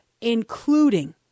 including